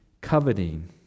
coveting